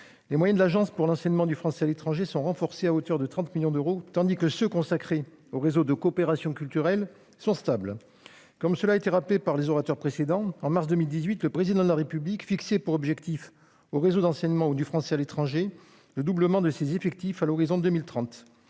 Les moyens de l'Agence pour l'enseignement français à l'étranger sont renforcés à hauteur de 30 millions d'euros, tandis que ceux qui sont consacrés au réseau de coopération culturelle sont stables. Comme cela a été rappelé par les orateurs précédents, en mars 2018, le Président de la République fixait pour objectif au réseau d'enseignement du français à l'étranger le doublement de ses effectifs à l'horizon 2030,